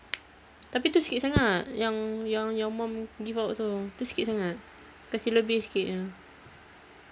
tapi tu sikit sangat yang yang your mum give out tu tu sikit sangat kasi lebih sikit ah